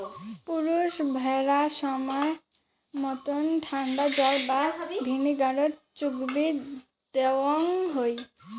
পুরুষ ভ্যাড়া সমায় মতন ঠান্ডা জল বা ভিনিগারত চুগবি দ্যাওয়ং হই